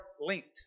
linked